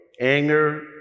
anger